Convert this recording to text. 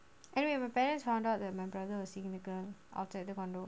by the way my parents found out that my brother was seeing the girl outside the condo